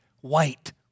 white